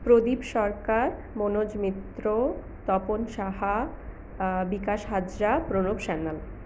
Pradip Sarkar Manoj Mitra Tapan Saha Bikash Hazra Pranab Sanyal